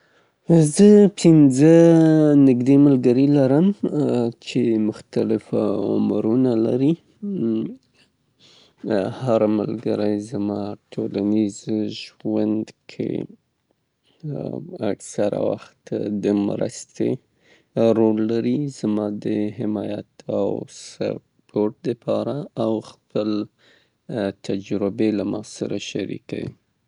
زه په خپله پنځه ملګري لرم، البته نزدې ملګري، چې عمرونه یې مختلف دي، د پنځه ویشت نه تر پنځه څلویښتو کالو پورې. چې دا کولای شي د دوی روابط زما د ژوند مختلقو برخو کې له ماسره مرسته وکړي او زما ژوند بډایه کړي.